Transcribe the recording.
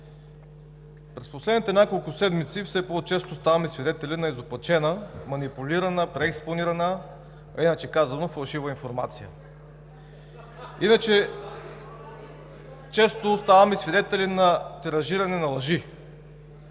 През последните няколко седмици все по-често ставаме свидетели на изопачена, манипулирана, преекспонирана, а иначе казано фалшива информация. (Смях и реплики от „БСП за България“.) Често ставаме свидетели на тиражиране на лъжи.